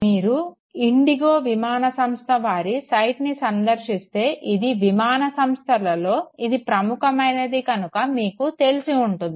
మీరు ఇండిగో విమానసంస్థ వారి సైట్ని సందర్శిస్తే ఇది విమాన సంస్థలలో ఇది ప్రముఖమైనది కనుక మీకు తెలిసి ఉంటుంది